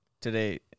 today